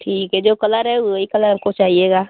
ठीक है जो कलर है वही कलर हमको चाहिएगा